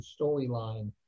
storyline